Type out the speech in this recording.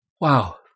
Wow